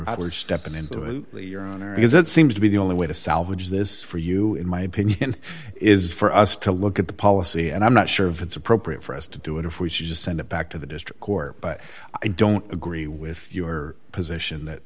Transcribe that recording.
of stepping into it because it seems to be the only way to salvage this for you in my opinion is for us to look at the policy and i'm not sure if it's appropriate for us to do it if we should just send it back to the district court but i don't agree with your position that